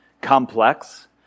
complex